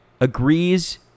agrees